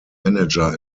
manager